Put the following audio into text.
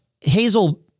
Hazel